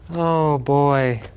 oh, boy.